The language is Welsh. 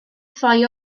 ffoi